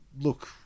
look